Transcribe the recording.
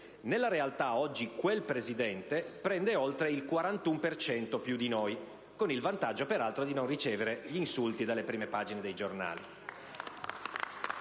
Nella realtà, oggi quel presidente prende oltre il 41 per cento più di noi, con il vantaggio peraltro di non ricevere insulti dalle prime pagine dei giornali.